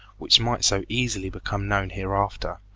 which might so easily become known hereafter,